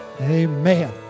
Amen